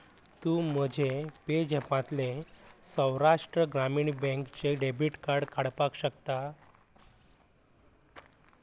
तूं म्हजें पेज ऍपातलें सवराष्ट्र ग्रामीण बँकचें डॅबीट कार्ड काडपाक शकता